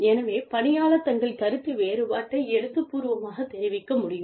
எனவே பணியாளர் தங்கள் கருத்து வேறுபாட்டை எழுத்துப்பூர்வமாகத் தெரிவிக்க முடியும்